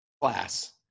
class